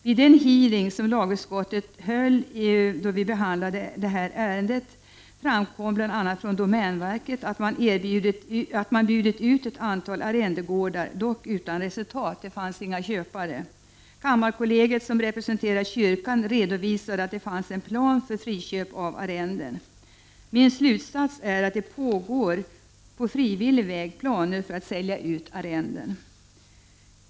Vid en hearing som lagutskottet hade i samband med behandlingen av detta ärende framkom bl.a. från domänverket att man har bjudit ut ett antal arrendegårdar, dock utan resultat. Det fanns ingen köpare. Kammarkollegiet, som representerar svenska kyrkan, redovisade att det fanns en plan för friköp av arrenden. Min slutsats är att det finns planer för att på frivillig väg sälja ut arrenden.